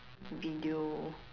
video